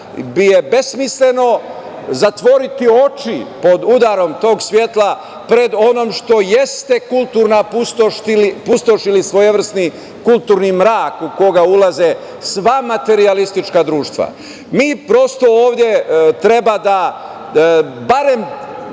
bi besmisleno zatvoriti oči pod udarom tog svetla pred onom što jeste kulturna pustoš, ili svojevrsni kulturni mrak u koji ulaze sva materijalistička društva. Mi prosto, ovde treba da barem